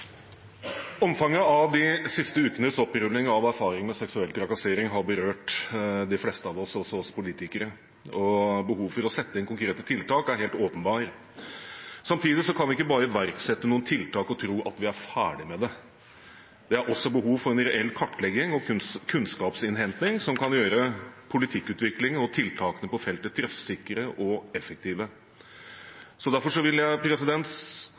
Omfanget av de siste ukenes opprulling av erfaringer med seksuell trakassering har berørt de fleste av oss, også oss politikere. Behovet for å sette inn konkrete tiltak er helt åpenbart. Samtidig kan vi ikke bare iverksette noen tiltak og tro at vi er ferdig med det. Det er også behov for en reell kartlegging og kunnskapsinnhenting som kan gjøre politikkutviklingen og tiltakene på feltet treffsikre og effektive. Derfor vil jeg